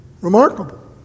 Remarkable